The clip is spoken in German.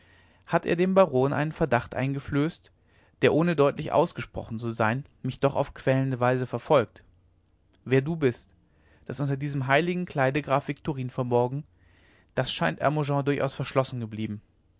hat er dem baron einen verdacht eingeflößt der ohne deutlich ausgesprochen zu sein mich doch auf quälende weise verfolgt wer du bist daß unter diesem heiligen kleide graf viktorin verborgen das scheint hermogen durchaus verschlossen geblieben